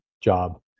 job